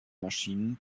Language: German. maschinen